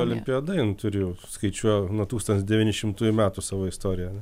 olimpiada turi jau skaičiuoju nuo tūkstantis devyni šimtųjų metų savo istoriją